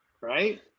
right